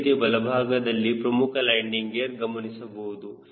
ಅದೇ ರೀತಿ ಬಲಭಾಗದಲ್ಲಿ ಪ್ರಮುಖ ಲ್ಯಾಂಡಿಂಗ್ ಗೇರ್ ಗಮನಿಸಬಹುದು